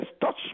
touch